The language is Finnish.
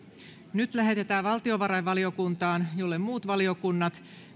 asia lähetetään valtiovarainvaliokuntaan jolle muut valiokunnat